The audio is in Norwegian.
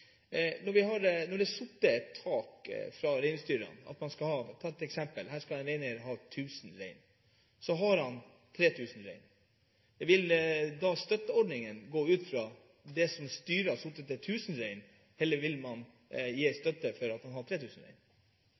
Når det er satt et tak fra reindriftsstyrene, at en reineier skal ha – for å ta et eksempel – 1 000 rein, og så har han 3 000 rein, vil da støtteordningen gå ut fra det antallet som styret har satt, til 1 000 rein, eller vil man gi støtte for at han har 3 000 rein?